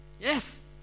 Yes